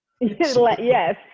Yes